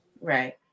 Right